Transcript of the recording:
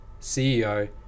CEO